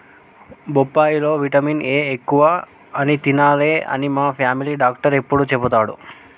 బొప్పాయి లో vitamin A ఎక్కువ అని తినాలే అని మా ఫామిలీ డాక్టర్ ఎప్పుడు చెపుతాడు